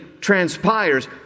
transpires